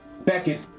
Beckett